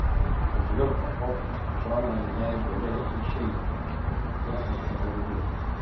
ketvirtą popiet žana jai leido išeiti kad niekas netrukdytų